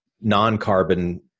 non-carbon